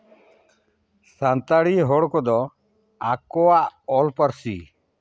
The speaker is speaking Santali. ᱥᱟᱱᱛᱟᱲᱤ ᱦᱚᱲ ᱠᱚᱫᱚ ᱟᱠᱚᱣᱟᱜ ᱚᱞ ᱯᱟᱹᱨᱥᱤ